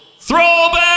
throwback